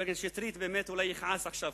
חבר הכנסת שטרית אולי יכעס עכשיו,